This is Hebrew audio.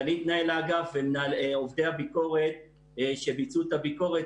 סגנית מנהל האגף ועובדי הביקורת שביצעו את הביקורת,